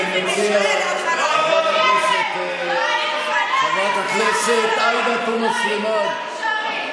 תודה רבה לחברת הכנסת אוסנת מארק.